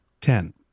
ten